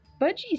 budgies